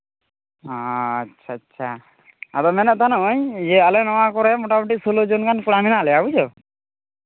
ᱟᱪᱪᱷᱟ ᱟᱪᱪᱷᱟ ᱟᱫᱚ ᱢᱮᱱᱮᱫ ᱛᱟᱦᱮᱱᱚᱜᱼᱟᱹᱧ ᱤᱭᱟᱹ ᱟᱞᱮ ᱱᱚᱣᱟ ᱠᱚᱨᱮᱫ ᱢᱳᱴᱟᱢᱩᱴᱤ ᱥᱳᱞᱳ ᱡᱚᱱ ᱜᱟᱱ ᱠᱚᱟ ᱢᱮᱱᱟᱜ ᱞᱮᱭᱟ ᱵᱩᱡᱷᱟᱹᱣ